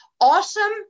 awesome